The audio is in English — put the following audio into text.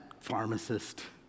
pharmacist